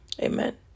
amen